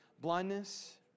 Blindness